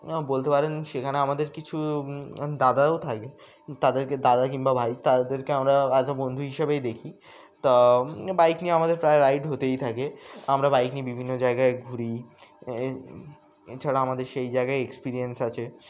বলতে পারেন সেখানে আমাদের কিছু দাদাও থাকে তাদেরকে দাদা কিংবা ভাই তাদেরকে আমরা অ্যাজ এ বন্ধু হিসেবেই দেখি তো বাইক নিয়ে আমাদের প্রায় রাইড হতেই থাকে আমরা বাইক নিয়ে বিভিন্ন জায়গায় ঘুরি এছাড়া আমাদের সেই জায়গায় এক্সপিরিয়েন্স আছে